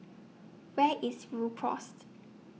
Where IS Rhu Cross